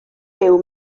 byw